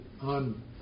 on